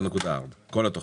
4.4, כל התוכנית.